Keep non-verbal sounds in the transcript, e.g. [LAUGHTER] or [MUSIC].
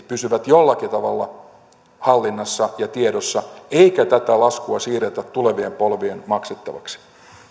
[UNINTELLIGIBLE] pysyvät jollakin tavalla hallinnassa ja tiedossa eikä tätä laskua siirretä tulevien polvien maksettavaksi